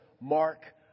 Mark